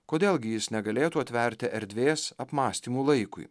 kodėl gi jis negalėtų atverti erdvės apmąstymų laikui